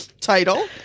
title